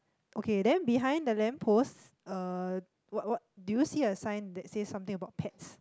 okay then behind the lamp post uh what what do you see a sign that says something about pets